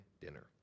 dinner